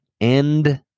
end